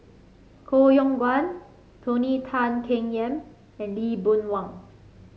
Koh Yong Guan Tony Tan Keng Yam and Lee Boon Wang